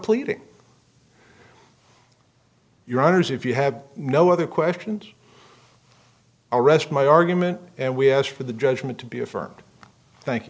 pleasing your honour's if you have no other question i rest my argument and we ask for the judgment to be affirmed thank you